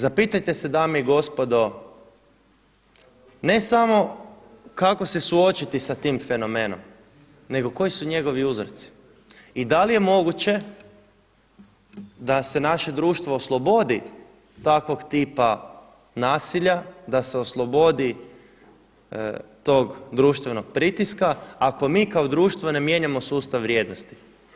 Zapitajte se dame i gospodo ne samo kako se suočiti sa tim fenomenom, nego koji su njegovi uzroci i da li je moguće da se naše društvo oslobodi takvog tipa nasilja, da se oslobodi tog društvenog pritiska ako mi kao društvo ne mijenjamo sustav vrijednosti.